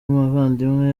muvandimwe